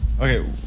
Okay